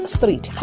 Street